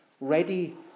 ready